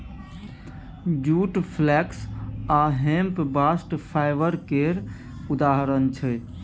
जुट, flax आ hemp bast fibre केर उदाहरण छै